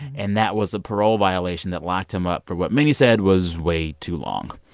and that was a parole violation that locked him up for what many said was way too long.